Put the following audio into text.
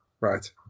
right